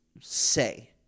say